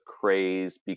craze